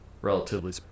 relatively